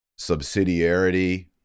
subsidiarity